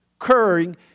occurring